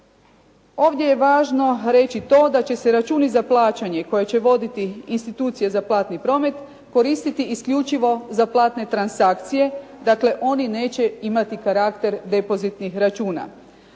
Ovdje je važno reći to da će se računi za plaćanje koje će voditi institucije za platni promet koristiti isključivo za platne transakcije, dakle oni neće imati karakter depozitnih računa.